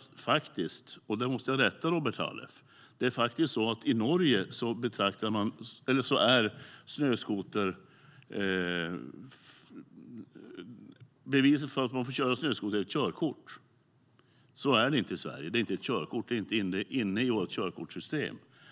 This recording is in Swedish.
för att få köra snöskoter. Där måste jag rätta Robert Halef. Så är det inte i Sverige. Här har man förarbevis som inte finns med i vårt körkortssystem.